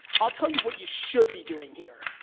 i'll tell you what you should be doing here,